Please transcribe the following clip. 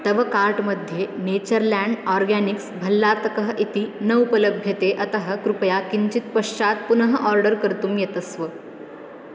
तव कार्ट् मध्ये Natureland organics भल्लातकः इति न उपलभ्यते अतः कृपया किञ्चित् पश्चात् पुनः आर्डर् कर्तुं यतस्व